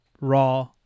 raw